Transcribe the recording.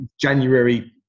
January